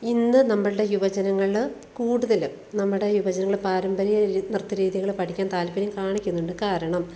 ഇന്ന് നമ്മലളുടെ യുവജനങ്ങൾ കൂടുതലും നമ്മുടെ യുവജനങ്ങൾ പാരമ്പര്യ നൃത്ത രീതികൾ പഠിക്കാൻ താൽപ്പര്യം കാണിക്കുന്നുണ്ട് കാരണം